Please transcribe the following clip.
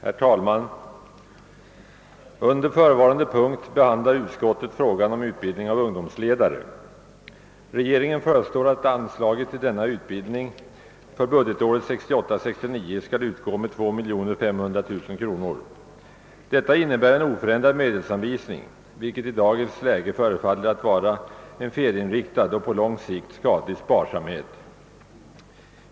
Herr talman! Under förevarande punkt behandlar utskottet frågan om utbildning av ungdomsledare. Regeringen har föreslagit att anslaget till denna utbildning för budgetåret 1968/ 69 skall utgå med 2500000 kronor. Detta innebär oförändrad medelsanvis ning, vilket i dagens läge förefaller vara en felinriktad och på lång sikt skadlig sparsamhet.